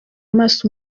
amaso